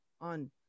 on